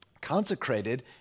Consecrated